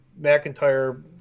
McIntyre